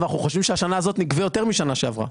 אבל אנחנו חושבים שהשנה הזאת נגבה יותר מהשנה שעברה.